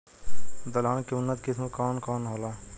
दलहन के उन्नत किस्म कौन कौनहोला?